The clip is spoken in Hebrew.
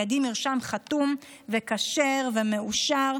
בידי מרשם חתום וכשר ומאושר,